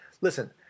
Listen